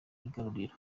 igaruriro